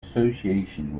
association